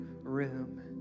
room